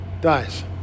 dies